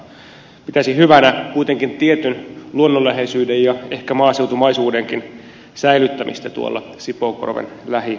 pitäisin kuitenkin hyvänä tietyn luonnonläheisyyden ja ehkä maaseutumaisuudenkin säilyttämistä sipoonkorven lähialueilla